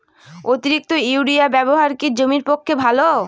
অতিরিক্ত ইউরিয়া ব্যবহার কি জমির পক্ষে ভালো?